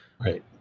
Right